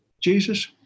Jesus